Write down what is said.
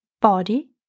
body